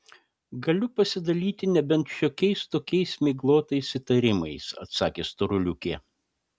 galiu pasidalyti nebent šiokiais tokiais miglotais įtarimais atsakė storuliuke